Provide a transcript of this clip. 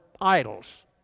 idols